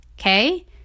Okay